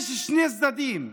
יש שני צדדים: